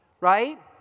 right